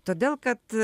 todėl kad